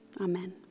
Amen